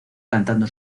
cantando